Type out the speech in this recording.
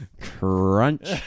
Crunch